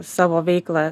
savo veiklą